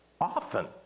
often